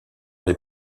les